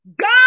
God